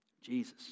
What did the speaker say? Jesus